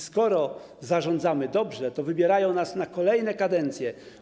Skoro zarządzamy dobrze, to wybierają nas na kolejne kadencje.